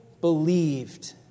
believed